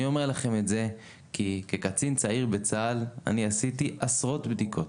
אני אומר לכם את זה כי כקצין צעיר בצה"ל אני עשיתי עשרות בדיקות